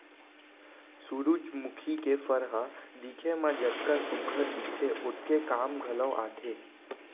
सुरूजमुखी के फर ह दिखे म जतका सुग्घर दिखथे ओतके काम घलौ आथे